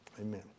Amen